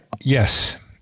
Yes